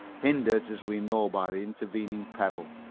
hindered as we know by the intervening pebble.